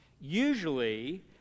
Usually